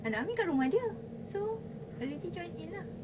anak amin kat rumah dia so already join in lah